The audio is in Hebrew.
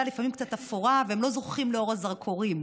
קצת אפורה והם לא זוכים לאור הזרקורים.